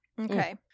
Okay